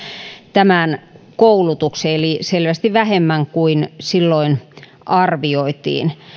tämän koulutuksen eli selvästi vähemmän kuin silloin arvioitiin